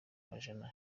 majana